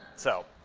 so.